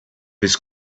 his